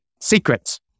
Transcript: secrets